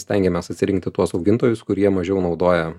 stengiamės atsirinkti tuos augintojus kurie mažiau naudoja